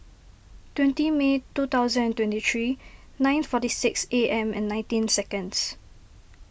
twenty May two thousand and twenty three nine forty six A M and nineteen seconds